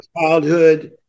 childhood